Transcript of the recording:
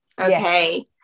okay